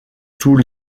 tous